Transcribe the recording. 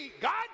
God